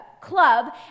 club